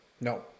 No